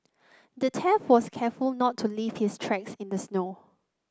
the thief was careful to not leave his tracks in the snow